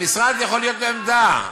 המשרד יכול להיות בעמדה,